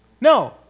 No